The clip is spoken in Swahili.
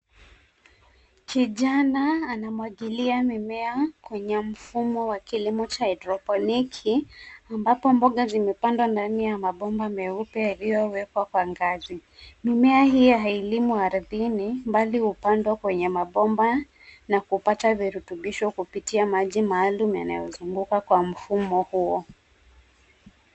Kijana anamwagilia mimea kwenye mfumo wa kilimo cha hydroponiki, ambapo mboga zimepandwa ndani ya mabomba meupe yaliyowekwa kwa ngazi. Mimea hiyo hailimwi ardhini, mbali hupandwa kwenye mabomba, na kupata virutubisho kupitia maji maalum yanayozunguka kwa mfumo huo.